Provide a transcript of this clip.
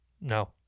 no